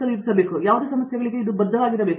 ಆದುದರಿಂದ ಯಾವುದೇ ಸಮಸ್ಯೆಗಳಿಗೆ ಇದು ಬದ್ಧವಾಗಿರಬೇಕು